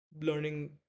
learning